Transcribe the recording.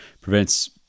prevents